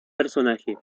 personaje